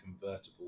convertible